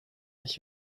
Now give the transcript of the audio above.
ich